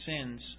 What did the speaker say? sins